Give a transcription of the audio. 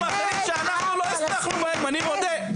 יש דברים אחרים שאנחנו לא הצלחנו בהם, אני מודה.